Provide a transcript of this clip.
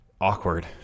awkward